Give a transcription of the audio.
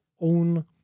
own